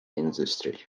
industry